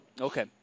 Okay